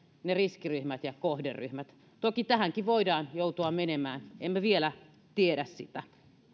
ne riskiryhmät ja kohderyhmät toki tähänkin voidaan joutua menemään emme vielä tiedä sitä